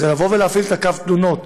זה להפעיל את קו התלונות,